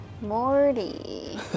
Morty